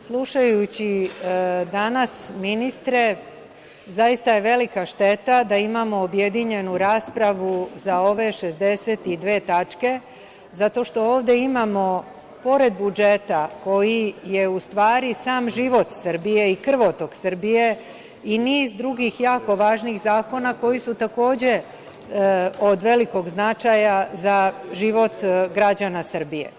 slušajući danas ministre, zaista je velika šteta da imamo objedinjenu raspravu za ove 62 tačke, zato što ovde imamo, pored budžeta koji je u stvari sam život Srbije i krvotok Srbije, i niz drugih jako važnih zakona koji su takođe od velikog značaja za život građana Srbije.